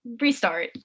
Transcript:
restart